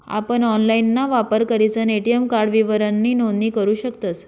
आपण ऑनलाइनना वापर करीसन ए.टी.एम कार्ड विवरणनी नोंदणी करू शकतस